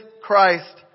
Christ